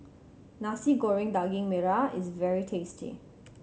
Nasi Goreng Daging Merah is very tasty